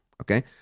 Okay